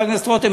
חבר הכנסת רותם,